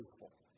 faithful